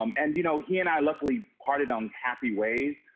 um and you know, he and i luckily parted on happy ways,